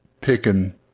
picking